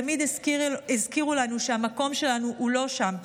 תמיד הזכירו לנו שהמקום שלנו הוא לא שם,